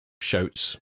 shouts